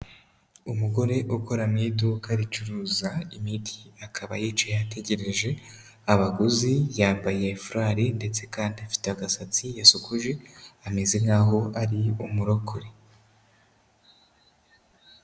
Umugore ukora mu iduka ricuruza imiti, akaba yicaye ategereje abaguzi, yambaye furari ndetse kandi afite agasatsi yasokoje, ameze nkaho ari umurokore.